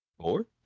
four